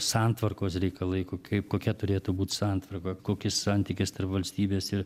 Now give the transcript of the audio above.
santvarkos reikalai ko kaip kokia turėtų būt santvarka kokis santykis tarp valstybės ir